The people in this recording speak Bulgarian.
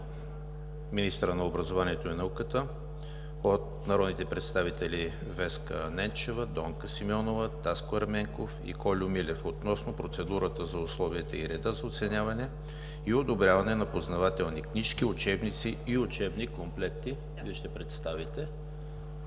министъра на образованието и науката от народните представители Веска Ненчева, Донка Симеонова, Таско Ерменков и Кольо Милев относно процедурата за условията и реда за оценяване и одобряване на познавателни книжки, учебници и учебни комплекти. Моля, заповядайте.